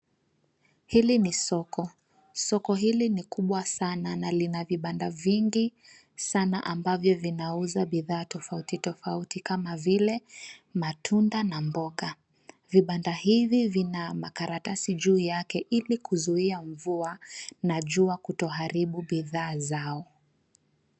Hili ni soko. Soko hili ni kubwa sana na lina vibanda vingi sana, ambavyo vinauza bidhaa tofauti tofauti kama vile matunda na mboga. Vibanda hivi vina makaratasi juu yake ili kuzuia mvua na jua kutoharibu bidhaa zao.